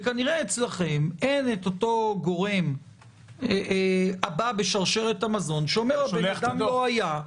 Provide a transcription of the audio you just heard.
וכנראה שאצלכם אין את אותו גורם הבא בשרשרת המזון שאומר הבן אדם לא היה,